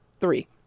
three